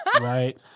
Right